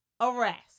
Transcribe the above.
arrest